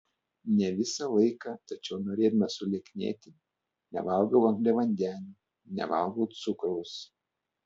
ne visą laiką tačiau norėdama sulieknėti nevalgau angliavandenių nevalgau cukraus